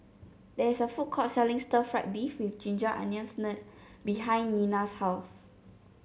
there is a food court selling Stir Fried Beef with Ginger Onions behind Nena's house